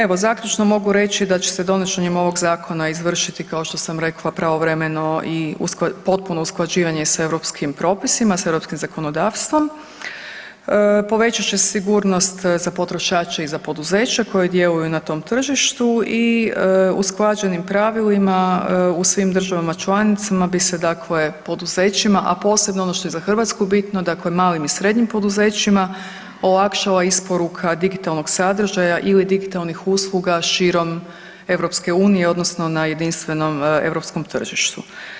Evo, zaključno mogu reći da će se donošenjem ovog Zakona izvršiti, kao što sam rekla, pravovremeno i potpuno usklađivanje s europskih propisima, s europskim zakonodavstvom, povećat će se sigurnost za potrošače i za poduzeće koji djeluju na tom tržištu i usklađenim pravilima u svim državama članicama bi se, dakle poduzećima, a posebno ono što je za Hrvatsku bitno, dakle malim i srednjim poduzećima, olakšala isporuka digitalnog sadržaja ili digitalnih usluga širom EU odnosno na jedinstvenom europskom tržištu.